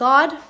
God